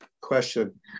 question